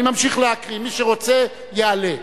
אני ממשיך להקריא, מי שרוצה יעלה.